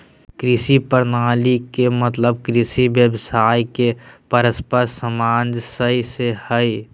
कृषि प्रणाली के मतलब कृषि व्यवसाय के परस्पर सामंजस्य से हइ